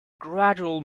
gradual